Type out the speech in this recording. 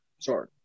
Sorry